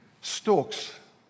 stalks